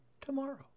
tomorrow